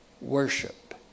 worship